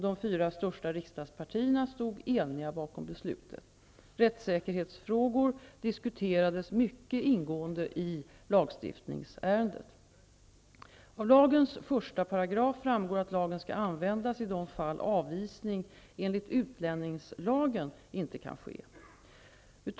De fyra största riksdagspartierna stod eniga bakom beslutet. Rättssäkerhetsfrågor diskuterades mycket ingående i lagstiftningsärendet. Av lagens första paragraf framgår att lagen skall användas i de fall avvisning enligt utlänningslagen inte kan ske.